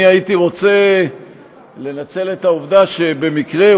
הייתי רוצה לנצל את העובדה שבמקרה,